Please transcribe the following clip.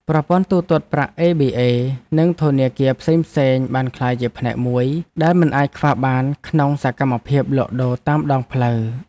ប្រព័ន្ធទូទាត់ប្រាក់អេប៊ីអេ និងធនាគារផ្សេងៗបានក្លាយជាផ្នែកមួយដែលមិនអាចខ្វះបានក្នុងសកម្មភាពលក់ដូរតាមដងផ្លូវ។